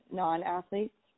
non-athletes